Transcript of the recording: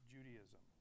Judaism